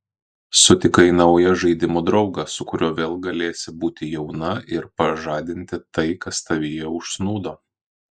sutikai naują žaidimų draugą su kuriuo vėl galėsi būti jauna ir pažadinti tai kas tavyje užsnūdo